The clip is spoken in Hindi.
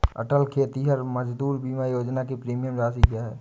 अटल खेतिहर मजदूर बीमा योजना की प्रीमियम राशि क्या है?